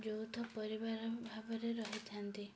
ଯୌଥ ପରିବାର ଭାବରେ ରହିଥାନ୍ତି